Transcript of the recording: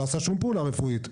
לא עשה שום פעולה רפואית,